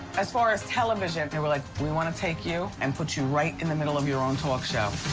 as far as television, they were like, we wanna take you and put you right in the middle of your own talk show.